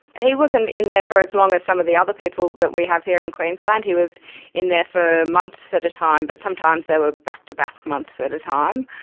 he wasn't in there for as long as some of the other people that we have here in queensland, he was in there for months at a time, but sometimes they were back to back months at a time.